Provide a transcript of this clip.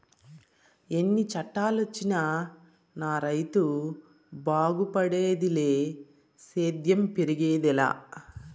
ఎన్ని చట్టాలొచ్చినా నా రైతు బాగుపడేదిలే సేద్యం పెరిగేదెలా